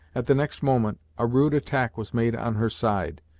at the next moment, a rude attack was made on her side,